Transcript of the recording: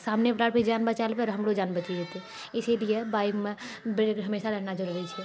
सामनेवलाके भी जान बचा लेबै आओर हमरो जान बचि जेतै इसीलिए बाइकमे ब्रेक हमेशा रहना जरूरी छै